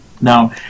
Now